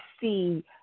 see